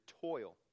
toil